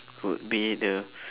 would be the